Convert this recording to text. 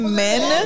men